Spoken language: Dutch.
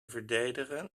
verdedigen